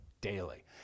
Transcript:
daily